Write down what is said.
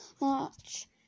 March